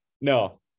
No